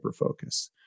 hyperfocus